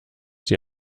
sie